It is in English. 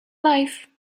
life